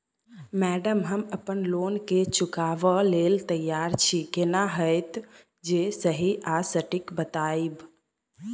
Madam हम अप्पन loan केँ चुकाबऽ लैल तैयार छी केना हएत जे सही आ सटिक बताइब?